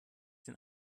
den